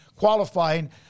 qualifying